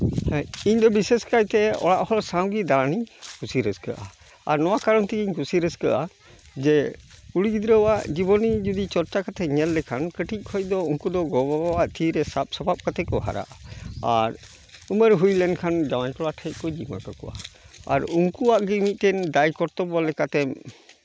ᱦᱮᱸ ᱤᱧ ᱫᱚ ᱵᱤᱥᱮᱥ ᱠᱟᱭᱛᱮ ᱚᱲᱟᱜ ᱦᱚᱲ ᱥᱟᱶᱜᱮ ᱫᱟᱲᱟᱱᱤᱧ ᱠᱩᱥᱤ ᱨᱟᱹᱥᱠᱟᱹᱜᱼᱟ ᱟᱨ ᱱᱚᱣᱟ ᱠᱟᱨᱚᱱ ᱛᱤᱜᱤᱧ ᱠᱩᱥᱤ ᱨᱟᱹᱥᱠᱟᱹᱜᱼᱟ ᱡᱮ ᱠᱩᱲᱤ ᱜᱤᱫᱽᱨᱟᱹᱣᱟᱜ ᱡᱤᱵᱚᱱᱤ ᱡᱩᱫᱤ ᱪᱚᱨᱪᱟ ᱠᱟᱛᱷᱟᱧ ᱢᱮᱱ ᱞᱮᱠᱷᱟᱱ ᱠᱟᱹᱴᱤᱡ ᱠᱷᱚᱡ ᱫᱚ ᱩᱝᱠᱩ ᱫᱚ ᱜᱚᱼᱵᱟᱵᱟᱣᱟᱜ ᱛᱤ ᱨᱮ ᱥᱟᱵ ᱥᱟᱯᱟᱵ ᱠᱟᱛᱮᱫ ᱠᱚ ᱦᱟᱨᱟᱜᱼᱟ ᱟᱨ ᱩᱢᱟᱹᱨ ᱦᱩᱭ ᱞᱮᱱᱠᱷᱟᱱ ᱡᱟᱶᱟᱭ ᱠᱚᱲᱟ ᱴᱷᱮᱡ ᱠᱚ ᱡᱤᱢᱟᱹ ᱠᱟᱠᱚᱣᱟ ᱟᱨ ᱩᱝᱠᱩᱣᱟᱜ ᱜᱮ ᱢᱤᱫᱴᱮᱱ ᱫᱟᱭ ᱠᱚᱨᱛᱚᱵᱵᱚ ᱞᱮᱠᱟᱛᱮ